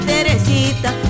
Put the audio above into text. Teresita